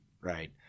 right